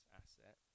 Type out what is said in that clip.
asset